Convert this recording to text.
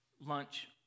lunch